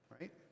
right